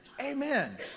amen